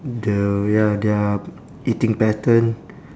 the ya their eating pattern